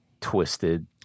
twisted